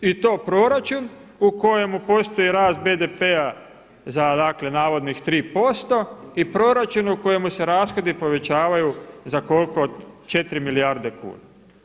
I to proračun u kojemu postoje rast BDP-a za dakle navodnih 3% i proračun u kojemu se rashodi povećavaju za 4 milijarde kuna.